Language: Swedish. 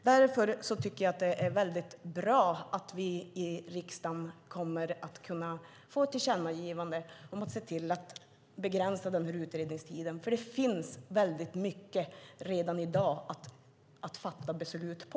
Därför tycker jag att det är bra att vi i riksdagen kommer att få ett tillkännagivande om att begränsa utredningstiden. Det finns redan i dag mycket att grunda ett beslut på.